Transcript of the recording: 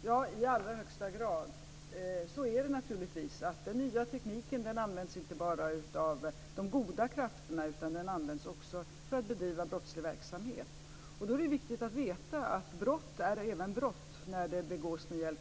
Fru talman! I allra högsta grad. Det är naturligtvis så att den nya tekniken inte bara används av de goda krafterna, utan den används också för att bedriva brottslig verksamhet. Det är viktigt att veta att brott är brott även när det begås med